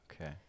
Okay